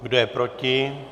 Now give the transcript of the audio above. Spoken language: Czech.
Kdo je proti?